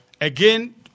Again